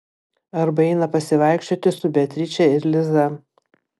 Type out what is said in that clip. arba eina pasivaikščioti su beatriče ir liza